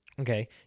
Okay